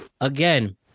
again